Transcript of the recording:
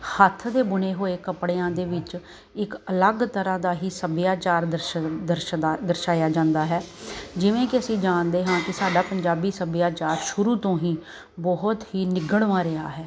ਹੱਥ ਦੇ ਬੁਣੇ ਹੋਏ ਕੱਪੜਿਆਂ ਦੇ ਵਿੱਚ ਇੱਕ ਅਲੱਗ ਤਰ੍ਹਾਂ ਦਾ ਹੀ ਸੱਭਿਆਚਾਰ ਦਰਸ਼ਨ ਦਰਸ਼ਾ ਦਰਸ਼ਾਇਆ ਜਾਂਦਾ ਹੈ ਜਿਵੇਂ ਕਿ ਅਸੀਂ ਜਾਣਦੇ ਹਾਂ ਕਿ ਸਾਡਾ ਪੰਜਾਬੀ ਸੱਭਿਆਚਾਰ ਸ਼ੁਰੂ ਤੋਂ ਹੀ ਬਹੁਤ ਹੀ ਨਿਘੜਵਾ ਰਿਹਾ ਹੈ